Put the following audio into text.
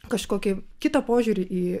kažkokį kitą požiūrį į